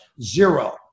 Zero